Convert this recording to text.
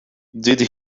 did